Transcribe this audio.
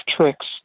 tricks